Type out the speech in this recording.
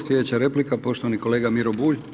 Sljedeća replika, poštovani kolega Miro Bulj.